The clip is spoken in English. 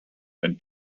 and